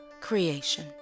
creation